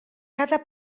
cada